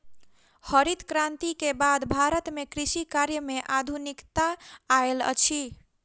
हरित क्रांति के बाद भारत में कृषि कार्य में आधुनिकता आयल अछि